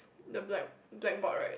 the black blackboard right